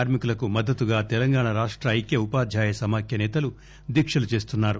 కార్మికులకు మద్దతుగా తెలంగాణ రాష్ట ఐక్య ఉపాధ్యాయ సమాఖ్య నేతలు దీక్షలు చేస్తున్నారు